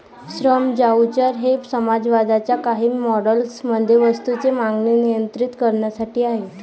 श्रम व्हाउचर हे समाजवादाच्या काही मॉडेल्स मध्ये वस्तूंची मागणी नियंत्रित करण्यासाठी आहेत